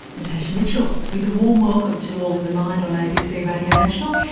natasha mitchell with a warm welcome to all in the mind on abc radio national.